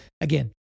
Again